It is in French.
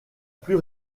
plus